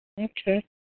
Okay